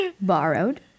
borrowed